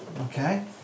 Okay